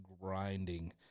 grinding